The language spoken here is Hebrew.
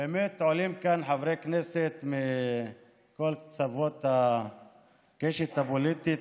באמת עולים לכאן חברי כנסת מכל קצות הקשת הפוליטית,